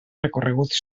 recorreguts